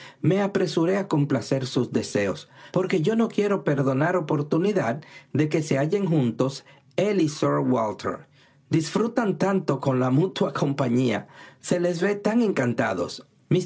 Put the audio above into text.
me apresuré a complacer sus deseos porque yo no quiero perdonar oportunidad de que se hallen juntos él y sir walter disfrutan tanto con la mutua compañía se les ve tan encantados